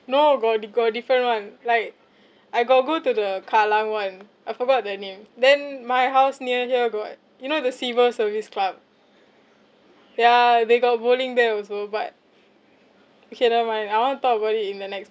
no got di~ got different [one] like I got go to the kallang [one] I forgot the name then my house near here got you know the civil service club ya they got bowling there also but okay never mind I want to talk about it in the next